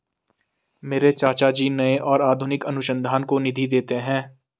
मेरे चाचा जी नए और आधुनिक अनुसंधान को निधि देते हैं